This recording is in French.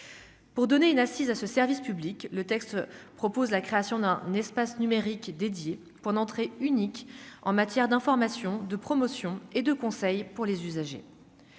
Pour donner une assise à ce service public, le texte propose la création d'un espace numérique dédié pour entrée unique en matière d'information, de promotion et de conseils pour les usagers.